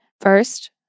first